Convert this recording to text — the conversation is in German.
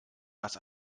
dass